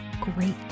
great